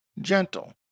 Gentle